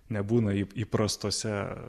nebūna įp įprastose